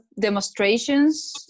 demonstrations